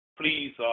Please